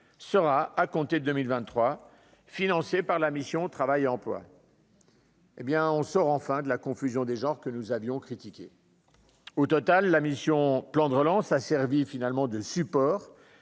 sera à compter de 2023, financé par la mission Travail, emploi. Hé bien, on sort enfin de la confusion des genres que nous avions critiqué au total la mission plan de relance, a servi finalement de support